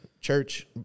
church